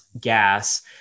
gas